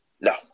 no